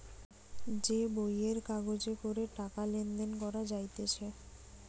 যে বইয়ের কাগজে করে টাকা লেনদেন করা যাইতেছে